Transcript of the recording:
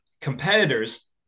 competitor's